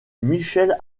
michel